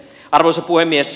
arvoisa puhemies